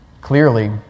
clearly